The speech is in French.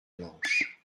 blanche